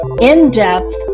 in-depth